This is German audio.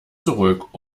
zurück